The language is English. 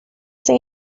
say